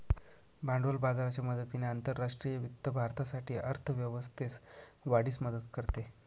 भांडवल बाजाराच्या मदतीने आंतरराष्ट्रीय वित्त भारतासाठी अर्थ व्यवस्थेस वाढीस मदत करते